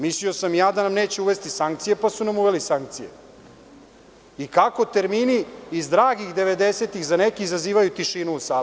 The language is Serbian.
Mislio sam da nam neće uvesti sankcije, pa su nam uveli sankcije i kako termini iz dragih devedesetih za neke izazivaju tišinu u sali.